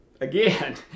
again